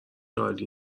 عالی